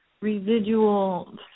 residual